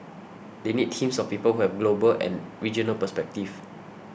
they need teams of people who have and regional perspective